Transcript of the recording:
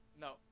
No